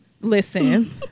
Listen